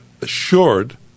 assured